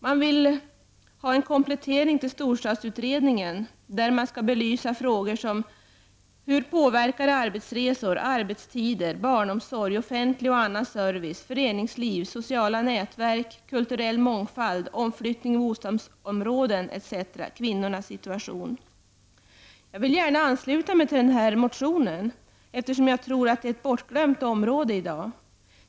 Man vill ha en komplettering till storstadsutredningen där en rad frågor skall belysas: Hur påverkar arbetsresor, arbetstider, barnomsorg, offentlig och annan service, föreningsliv, sociala nätverk, kulturell mångfald, omflyttning i bostadsområden etc. kvinnornas situation? Jag vill gärna ansluta mig till denna motion, eftersom jag tycker att det är ett bortglömt område i dag.